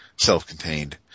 self-contained